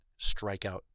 strikeout